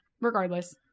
regardless